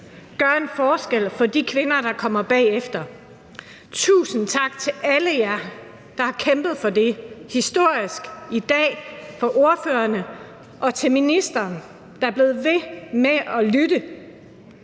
gør en forskel for de kvinder, der kommer bagefter. Tusind tak til alle jer, der har kæmpet for det historisk, til ordførerne i dag og til ministeren, der er blevet ved med at lytte,